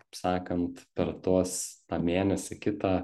kaip sakant per tuos tą mėnesį kitą